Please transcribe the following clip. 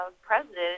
president